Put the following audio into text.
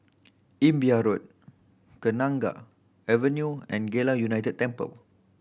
Imbiah Road Kenanga Avenue and Geylang United Temple